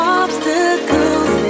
obstacles